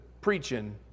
preaching